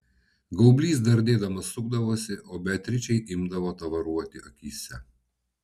gaublys dardėdamas sukdavosi o beatričei imdavo tavaruoti akyse